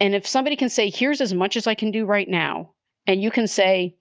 and if somebody can say, here's as much as i can do right now and you can say,